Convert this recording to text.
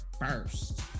first